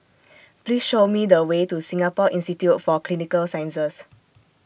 Please Show Me The Way to Singapore Institute For Clinical Sciences